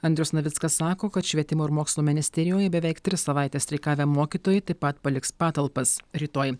andrius navickas sako kad švietimo ir mokslo ministerijoje beveik tris savaites streikavę mokytojai taip pat paliks patalpas rytoj